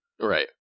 Right